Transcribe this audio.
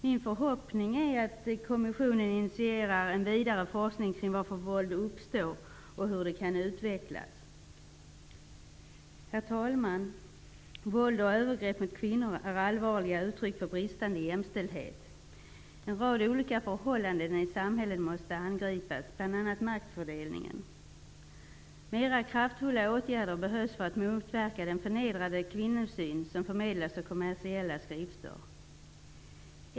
Min förhoppning är att kommissionen initierar en vidare forskning kring varför våld uppstår och hur det utvecklas. Herr talman! Våld och övergrepp mot kvinnor är allvarliga uttryck för bristande jämställdhet. En rad olika förhållanden i samhället måste angripas, bl.a. maktfördelningen. Mera kraftfulla åtgärder behövs för att motverka den förnedrande kvinnosyn som förmedlas av kommersiella skrifter.